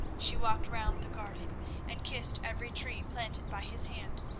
she walked round the garden and kissed every tree planted by his hand,